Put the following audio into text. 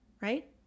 right